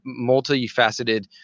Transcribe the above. multifaceted